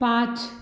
पाँच